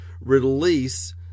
release